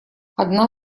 одна